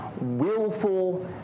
willful